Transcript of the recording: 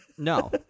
No